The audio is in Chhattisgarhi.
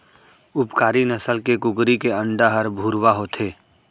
उपकारी नसल के कुकरी के अंडा हर भुरवा होथे